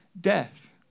death